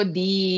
di